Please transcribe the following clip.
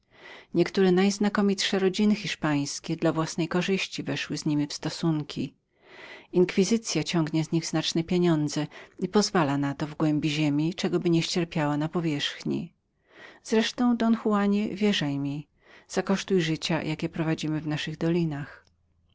niektóre najznakomitsze rodziny hiszpańskie dla własnej korzyści weszły z niemi w stosunki inkwicycyainkwizycya ciągnie z nich znaczne pieniądze i pozwala na to w głębi ziemi czego by nie ścierpiała na powierzchni nareszcie don juanie wierzaj mi zakosztuj życia jakie prowadzimy w naszych dolinach